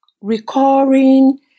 recurring